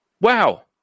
Wow